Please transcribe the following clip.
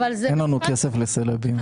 אין לנו כסף לסלב.